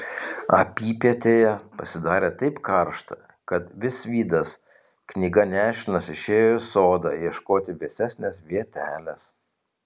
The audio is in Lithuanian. apypietėje pasidarė taip karšta kad visvydas knyga nešinas išėjo į sodą ieškoti vėsesnės vietelės